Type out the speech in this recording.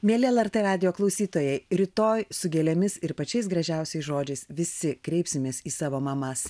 mieli lrt radijo klausytojai rytoj su gėlėmis ir pačiais gražiausiais žodžiais visi kreipsimės į savo mamas